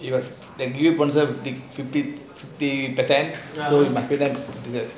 you have you have to give sponsor fifteen percent so after that